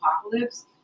apocalypse